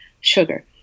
sugar